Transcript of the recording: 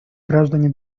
граждане